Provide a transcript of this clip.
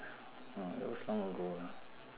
mm that was long ago lah